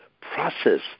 process